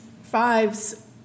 fives